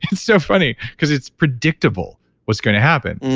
and so funny because it's predictable what's going to happen,